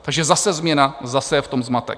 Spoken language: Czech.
Takže zase změna, zase je v tom zmatek.